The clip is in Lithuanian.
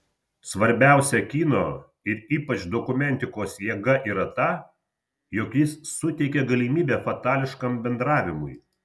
svarbiausia kino ir ypač dokumentikos jėga yra ta jog ji suteikia galimybę fatališkam bendravimui